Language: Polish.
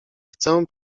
chcę